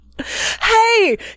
Hey